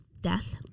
death